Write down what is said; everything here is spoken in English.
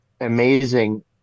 amazing